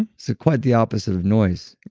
so quite the opposite of noise.